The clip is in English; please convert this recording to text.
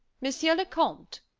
monsieur le comte,